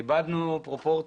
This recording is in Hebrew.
איבדנו פרופורציות.